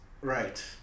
Right